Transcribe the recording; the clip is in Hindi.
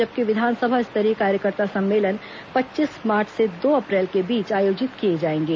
जबकि विधानसभा स्तरीय कार्यकर्ता सम्मेलन पच्चीस मार्च से दो अप्रैल के बीच आयोजित किए जाएंगे